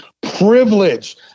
privilege